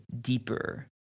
deeper